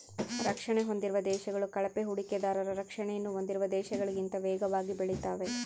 ರಕ್ಷಣೆ ಹೊಂದಿರುವ ದೇಶಗಳು ಕಳಪೆ ಹೂಡಿಕೆದಾರರ ರಕ್ಷಣೆಯನ್ನು ಹೊಂದಿರುವ ದೇಶಗಳಿಗಿಂತ ವೇಗವಾಗಿ ಬೆಳೆತಾವೆ